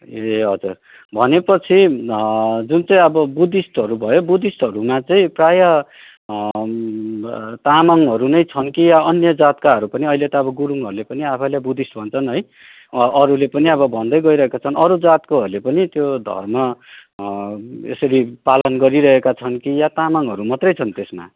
ए हजुर भनेपछि जुन चाहिँ अब बुद्धिस्टहरू भयो बुद्धिस्टहरूमा चाहिँ प्रायः तामाङहरू नै छन् कि अन्य जातकाहरू पनि अहिले त अब गुरूङहरूले पनि आफैलाई बुद्धिस्ट भन्छन् है अरूले पनि अब भन्दै गइरहेको छन् अरू जातकोहरूले पनि त्यो धर्म यसरी पालन गरिरहेका छन् कि या तामाङहरू मात्रै छन् त्यसमा